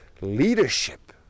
leadership